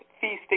feasting